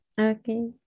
okay